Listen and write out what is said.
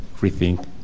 rethink